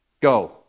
Go